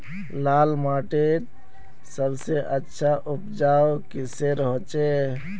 लाल माटित सबसे अच्छा उपजाऊ किसेर होचए?